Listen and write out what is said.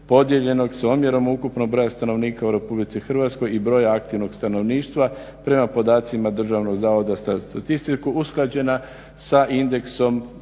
podijeljenog s omjerom ukupnog broja stanovnika u RH i broja aktivnog stanovništva prema podacima Državnog zavoda za statistiku usklađena sa indeksom potrošačkih